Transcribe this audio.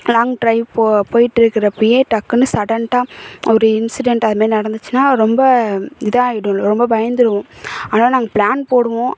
long drive போ போயிகிட்டு இருக்கிறப்பையே டக்குன்னு சடண்ட்டா ஒரு இன்ஸிடெண்ட் அதுமாதிரி நடந்துச்சின்னால் ரொம்ப இதாகிடும் ரொம்ப பயந்துடுவோம் ஆனால் நாங்கள் ப்ளான் போடுவோம்